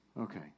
Okay